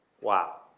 Wow